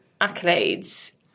accolades